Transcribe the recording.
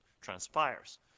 transpires